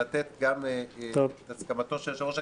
לתת גם את הסכמתו של יושב-ראש הכנסת,